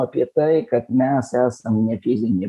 apie tai kad mes esam ne fizinė